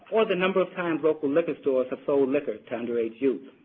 or the number of times local liquor stores have sold liquor to under age youth.